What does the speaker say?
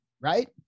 right